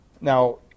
Now